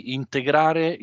integrare